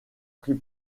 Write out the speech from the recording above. prit